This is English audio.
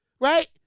right